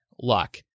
luck